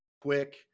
quick